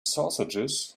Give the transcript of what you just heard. sausages